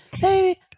baby